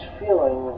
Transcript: feeling